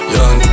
Young